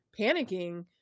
panicking